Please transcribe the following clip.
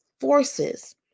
forces